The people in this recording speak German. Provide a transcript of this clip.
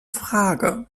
frage